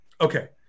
Okay